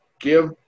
give